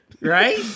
Right